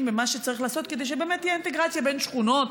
במה שצריך לעשות כדי שבאמת תהיה אינטגרציה בין שכונות,